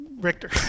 Richter